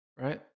right